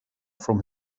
from